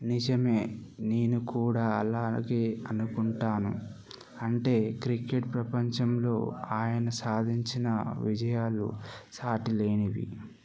నిజమే నేను కూడా అలాగే అనుకుంటాను అంటే క్రికెట్ ప్రపంచంలో ఆయన సాధించిన విజయాలు సాటి లేనివి